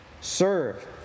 serve